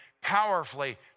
powerfully